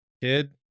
kid